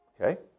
Okay